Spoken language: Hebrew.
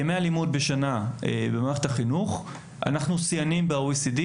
ימי הלימוד בשנה במערכת החינוך- אנחנו שיאנים ב-OECD,